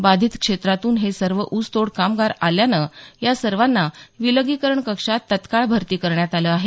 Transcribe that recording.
बाधित क्षेत्रातून हे सर्व ऊसतोड कामगार आल्यानं या सर्वांना विलगीकरण कक्षात तात्काळ भरती करण्यात आलं आहे